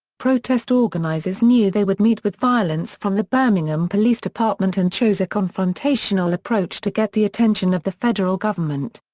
protest organizers knew they would meet with violence from the birmingham police department and chose a confrontational approach to get the attention of the federal government.